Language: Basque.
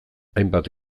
hainbat